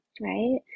right